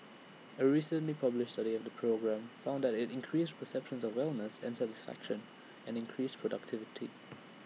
A recently published study of the program found that IT increased perceptions of wellness and satisfaction and increased productivity